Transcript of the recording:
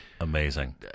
amazing